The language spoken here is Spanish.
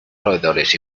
roedores